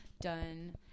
done